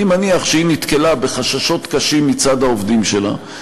אני מניח שהיא נתקלה בחששות קשים מצד העובדים שלה.